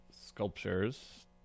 sculptures